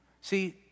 See